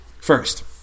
first